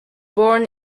born